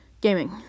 Gaming